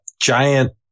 giant